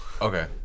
Okay